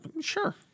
sure